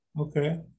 okay